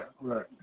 right